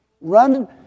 Run